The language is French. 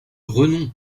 renom